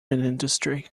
industry